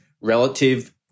relative